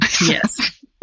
Yes